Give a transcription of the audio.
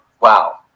wow